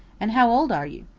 and how old are you?